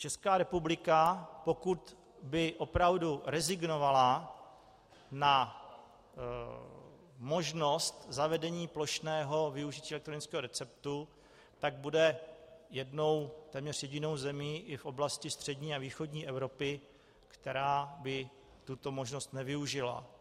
Česká republika, pokud by opravdu rezignovala na možnost zavedení plošného využití elektronického receptu, bude téměř jedinou zemí i v oblasti střední a východní Evropy, která by tuto možnost nevyužila.